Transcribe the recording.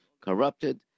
corrupted